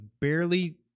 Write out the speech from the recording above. barely